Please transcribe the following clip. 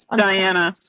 ah diana.